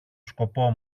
σκοπό